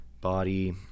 body